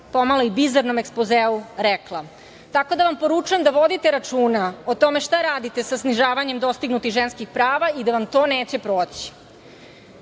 pomalo i bizarnom ekspozeu rekla. Tako da, poručujem vam da vodite računa o tome šta radite sa snižavanjem dostignutih ženskih prava i da vam to neće proći. Dakle,